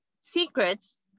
secrets